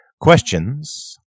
questions